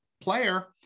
player